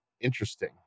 interesting